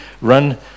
run